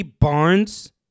Barnes